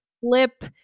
flip